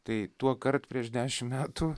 tai tuokart prieš dešim metų